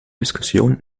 diskussion